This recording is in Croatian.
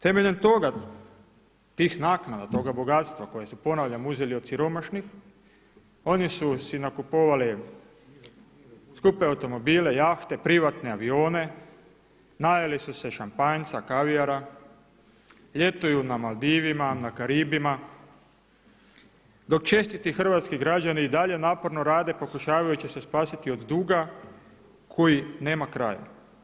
Temeljem toga, tih naknada, toga bogatstva kojeg su ponavljam uzeli od siromašni, oni su si nakupovali skupe automobile, jahte, privatne avione, najeli su se šampanjca, kavijara, ljetuju na Maldivima, na Karibima dok čestiti hrvatski građani i dalje naporno rade pokušavajući se spasiti od duga koji nema kraja.